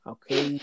Okay